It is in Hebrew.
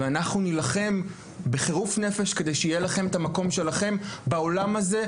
ואנחנו נילחם בחירוף נפש כדי שיהיה לכם את המקום שלכם בעולם הזה,